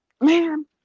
man